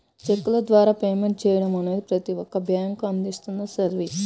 చెక్కుల ద్వారా పేమెంట్ చెయ్యడం అనేది ప్రతి ఒక్క బ్యేంకూ అందిస్తున్న సర్వీసే